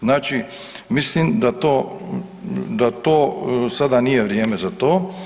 Znači, mislim da to sada nije vrijeme za to.